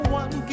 one